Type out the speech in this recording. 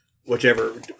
Whichever